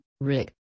Rick